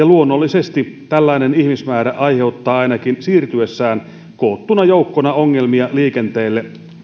luonnollisesti tällainen ihmismäärä aiheuttaa ainakin siirtyessään koottuna joukkona ongelmia liikenteelle